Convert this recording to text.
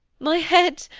my head!